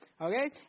Okay